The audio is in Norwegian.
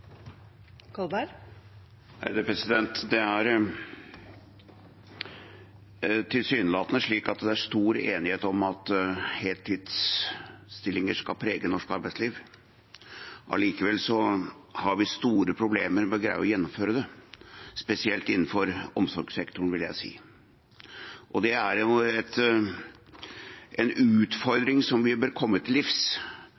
stor enighet om at heltidsstillinger skal prege norsk arbeidsliv. Allikevel har vi store problemer med å greie å gjennomføre det, spesielt innenfor omsorgssektoren, vil jeg si. Det er en utfordring vi bør komme til livs, for det er jo